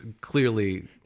clearly